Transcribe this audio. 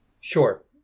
Sure